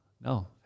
No